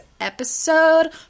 episode